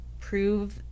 prove